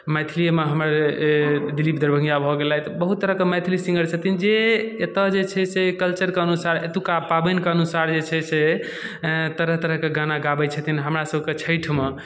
मैथलियेमे हमर दिलिप दरभङ्गिया भऽ गेलथि बहुत तरहके मैथली सिङ्गर छथिन जे एतऽ जे छै से कल्चरके अनुसार एतुका पाबनि कऽ अनुसार जे छै से तरह तरहके गाना गाबैत छथिन हमरा सबके छठिमे